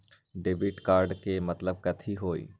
Debit card के मतलब कथी होई?